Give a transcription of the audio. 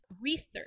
research